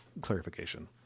clarification